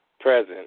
present